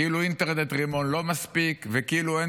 כאילו אינטרנט רימון לא מספיק וכאילו אין